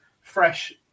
fresh